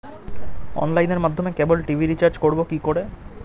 অনলাইনের মাধ্যমে cable TV recharge করব কি করে?